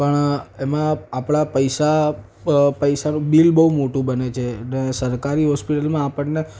પણ એમાં આપણા પૈસા પૈસાનું બિલ બહુ મોટું બને છે ને સરકારી હોસ્પિટલમાં આપણને